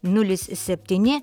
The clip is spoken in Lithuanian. nulis septyni